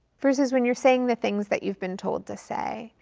versus when you're saying the things that you've been told to say.